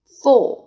four